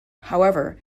however